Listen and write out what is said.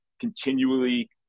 continually